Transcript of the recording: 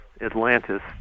Atlantis